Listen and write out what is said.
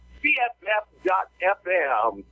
bff.fm